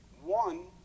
One